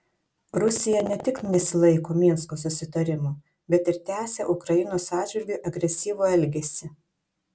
rusija ne tik nesilaiko minsko susitarimų bet ir tęsia ukrainos atžvilgiu agresyvų elgesį